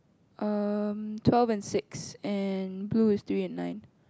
um twelve and six and blue is three and nine